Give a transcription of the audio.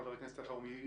חבר הכנסת אלחרומי.